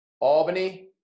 Albany